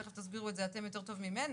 תיכף תסבירו את זה אתם יותר טוב ממני,